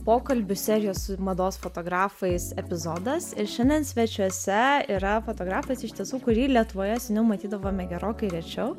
pokalbių serijos su mados fotografais epizodas ir šiandien svečiuose yra fotografas iš tiesų kurį lietuvoje seniau matydavome gerokai rečiau